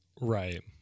Right